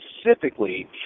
specifically